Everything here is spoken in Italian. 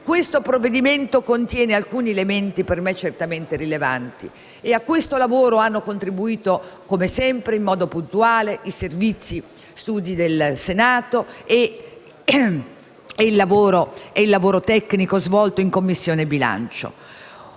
questo provvedimento contiene alcuni elementi per me certamente rilevanti, a cui hanno contribuito, come sempre in modo puntuale, i Servizi studi del Senato e il lavoro tecnico svolto in Commissione bilancio.